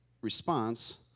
response